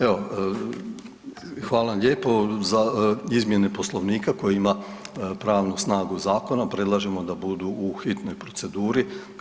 Evo, hvala vam lijepo, za izmjene Poslovnika koji ima pravnu snagu zakona predlažemo da budu u hitnoj proceduri.